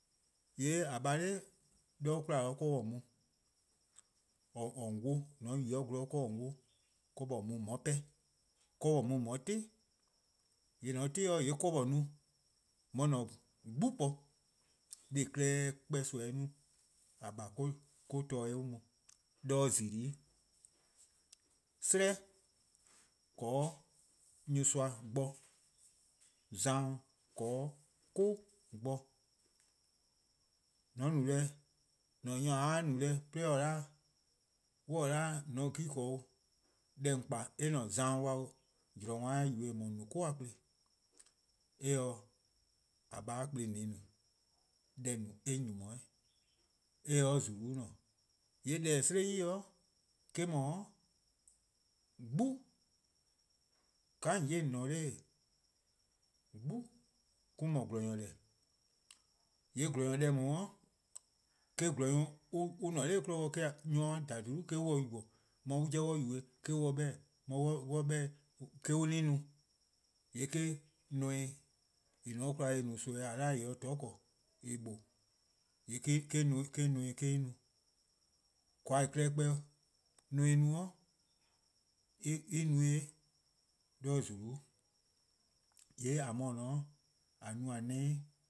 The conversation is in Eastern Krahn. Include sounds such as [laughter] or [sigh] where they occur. :Yee' :a :baa' 'de 'kwla 'de :on 'ye mu. [hesitation] 'de :dha :on 'wluh-a 'de :on yi-a gwlor, 'de :on 'wluh, 'de :on mu 'de :on 'ye 'pehn, 'de :on mu :on 'ye 'ti, :yee' :mor :on 'ti 'de :yee' 'ka :on 'ye no, :on 'ye :an-a' [hesitation] 'gbu po. Deh+-a klehkpeh nimi-a no-a :a :baa 'o :or 'torne' eh on 'de :zulu:+. 'Sleh :korn 'de nyorsoa bo, zano :korn 'de 'ku bo. [hesitation] mor-: nyor-: :mor a no deh [hesitation] 'de on 'ye- 'o :on se 'gen :korn 'o deh :on kpa-a eh :ne zano-dih 'o, :yee' zoen :we-eh: :dao' yubo-eh :eh :mor :on no 'ku-a kplen, eh :se :a :baa kplen :on se no, deh :on no-a eh nyni-: 'yi, eh se 'de :zulu:-' :ne. :yee deh :eh 'sleh-a :eh-: 'dhu, 'gbu :ka :on 'ye :on no, 'gbu mo-: 'dhu :gwlor-nyor deh-'. :yee' :gwlor deh :daa-a', :yee' gelor-nyor :deh :daa-a' :eh nyor [hesitation] :ne nor 'kmo bo [hesitation] eh-: nyor-a :dha :dhulu' on se yubo:, :mor an 'jeh :on yubo-eh, eh-: on se 'beh-dih:, :mor on 'beh-dih-eh :eh-:an no, :yee' eh-: neme: en no-a nimi :en :ne-a 'de 'kwla :a 'da :en se-a' 'toror' :korn, en :bo-a :yee' [hesitation] eh-: neme-a no. :koan:-a klehkpeh neme-a' no-a, [hesitation] en no-or 'de :zulu-', :yee' :a :mor :ne-a 'o :a no-a ne